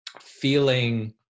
feeling